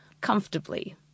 comfortably